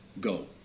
go